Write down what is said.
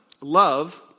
love